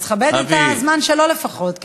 אז כבד את הזמן שלו לפחות.